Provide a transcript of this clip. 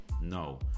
No